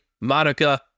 Monica